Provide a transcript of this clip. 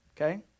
Okay